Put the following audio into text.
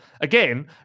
again